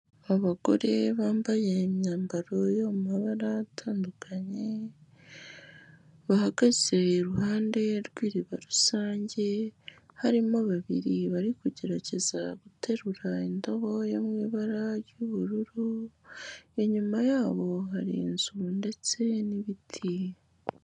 Abagore bambaye imyambaro yo mu mabara atandukanye, bahagaze iruhande rw'iriba rusange, harimo babiri bari kugerageza guterura indobo yo mu ibara ry'ubururu, inyuma ya bo hari inzu ndetse n'ibiti.